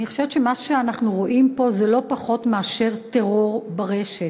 אני חושבת שמה שאנחנו רואים פה זה לא פחות מאשר טרור ברשת,